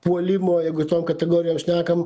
puolimo jeigu tom kategorijom šnekam